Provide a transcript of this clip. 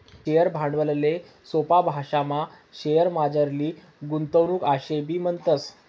share भांडवलले सोपा भाशामा शेअरमझारली गुंतवणूक आशेबी म्हणतस